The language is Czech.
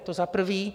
To za prvé.